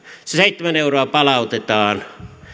se seitsemän euroa palautetaan